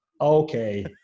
Okay